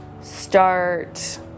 start